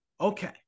okay